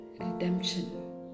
redemption